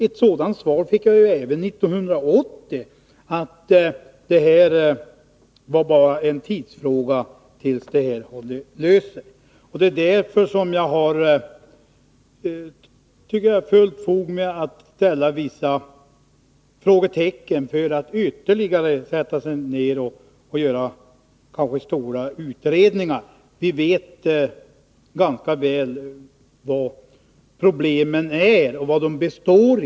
Ett sådant svar fick jag även 1980 — det var bara en tidsfråga när problemet skulle vara löst. Det är därför som jag tycker att jag har fullt fog för att sätta vissa frågetecken för uppgiften att man återigen kanske skall göra stora utredningar. Vi vet ganska väl vilka problemen är och vad de består i.